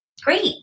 great